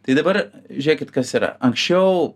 tai dabar žiūrėkit kas yra anksčiau